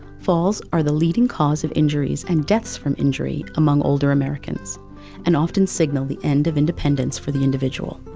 falls are the leading cause of injuries and deaths from injury among older americans and often signal the end of independence for the individual.